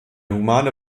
humane